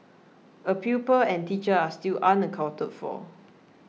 a pupil and teacher are still unaccounted for